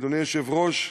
אדוני היושב-ראש,